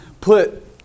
put